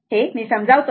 तर मी ते समजावतो